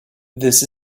this